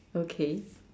okay